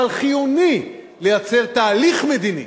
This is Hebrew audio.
אבל חיוני לייצר תהליך מדיני